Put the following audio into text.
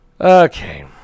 Okay